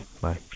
Bye